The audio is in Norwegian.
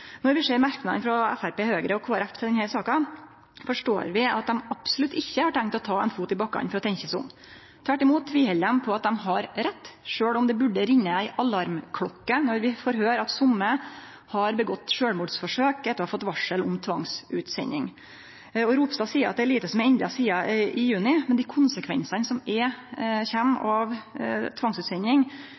Når vi ser merknadene frå Framstegspartiet, Høgre og Kristeleg Folkeparti til denne saka, forstår vi at dei absolutt ikkje har tenkt å ta ein fot i bakken for å tenkje seg om. Tvert imot tviheld dei på at dei har rett, sjølv om det burde ringje ei alarmklokke når vi får høyre at somme har gjort sjølvmordsforsøk etter å ha fått varsel om tvangsutsending. Ropstad seier det er lite som er endra sidan juni, men dei konsekvensane som kjem av